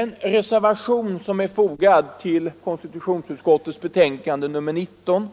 parti att inneha ägarintressen i direktreklamföretag nr 19